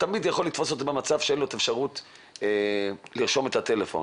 תמיד זה יכול לתפוס אותו במצב שאין לו את האפשרות לרשום את מספר הטלפון.